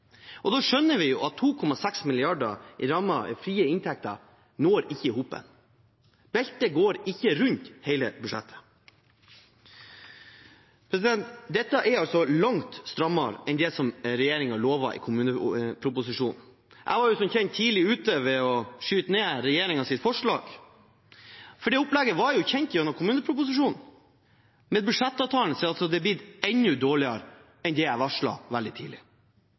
kr. Da skjønner vi at 2,6 mrd. kr i rammen av frie inntekter ikke går i hop – beltet går ikke rundt hele budsjettet. Dette er altså langt strammere enn det som regjeringen lovet i kommuneproposisjonen. Jeg var som kjent tidlig ute med å skyte ned regjeringens forslag, for det opplegget var kjent gjennom kommuneproposisjonen. Med budsjettavtalen har det altså blitt enda dårligere enn det jeg varslet veldig tidlig.